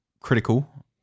Critical